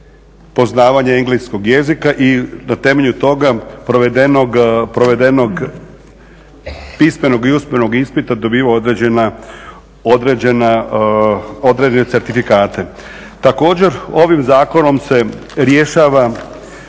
poznavanje engleskog jezika i na temelju toga provedenog pismenog i usmenog ispita dobiva određene certifikate. Također ovim zakonom se rješava